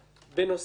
בנוסף,